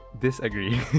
disagree